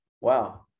Wow